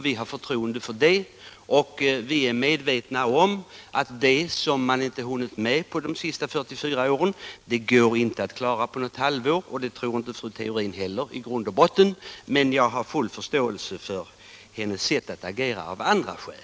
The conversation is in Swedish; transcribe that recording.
Vi har förtroende för det, och vi är medvetna om att det som man inte hunnit med på de senaste 44 åren går det inte att klara på något halvår. Det tror inte fru Theorin heller i grund och botten, men jag har full förståelse för hennes sätt att agera av andra skäl.